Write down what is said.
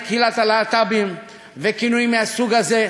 קהילת הלהט"בים שהוא מכנה "סוטים" וכינויים מהסוג הזה,